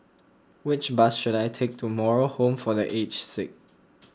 which bus should I take to Moral Home for the Aged Sick